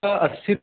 کا اسّی